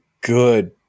good